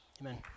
Amen